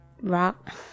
Rock